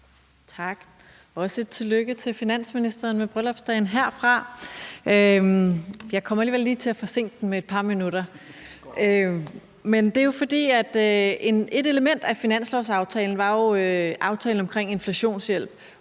Tak. Også tillykke herfra til finansministeren med bryllupsdagen. Jeg kommer alligevel til at forsinke den med et par minutter, og det er, fordi et element af finanslovsaftalen jo var aftalen omkring inflationshjælp,